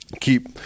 keep